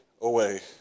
away